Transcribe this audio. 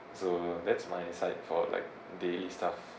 so that's my side for like daily stuff